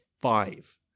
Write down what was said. five